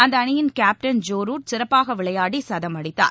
அந்த அணியின் captain Joe Root சிறப்பாக விளையாடி சதம் அடித்தார்